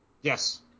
Yes